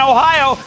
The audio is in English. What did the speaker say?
Ohio